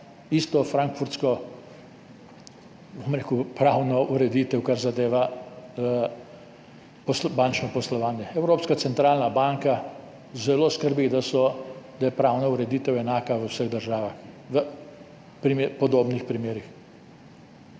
isto frankfurtsko, bom rekel, pravno ureditev, kar zadeva bančno poslovanje. Evropska centralna banka zelo skrbi, da je pravna ureditev enaka v vseh državah v podobnih primerih,